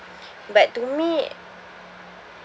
but to me